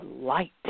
light